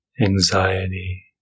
anxiety